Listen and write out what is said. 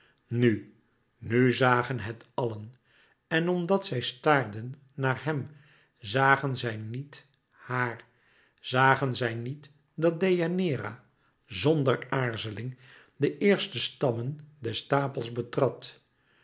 nu nu zagen het allen en omdat zij staarden naar hèm zagen zij niet haar zagen zij niet dat deianeira zonder aarzeling de eerste stammen des stapels betrad